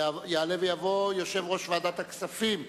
יעלה ויבוא יושב-ראש ועדת הכספים הזמנית,